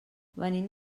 venim